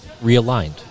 realigned